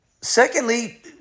Secondly